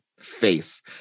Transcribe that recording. Face